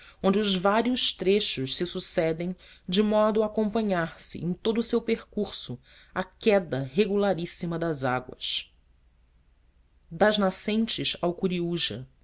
onde os vários trechos se sucedem de modo a acompanhar se em todo o seu percurso a queda regularíssima das águas